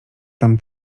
tam